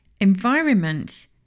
environment